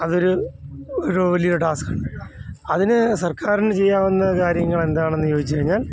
അതൊരു ഒരു വലിയ ടാസ്കാണ് അതിന് സർക്കാരിന് ചെയ്യാവുന്ന കാര്യങ്ങൾ എന്താണെന്ന് ചോദിച്ചു കഴിഞ്ഞാൽ